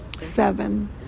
Seven